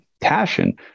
Passion